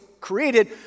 created